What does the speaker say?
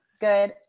good